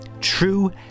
true